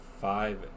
Five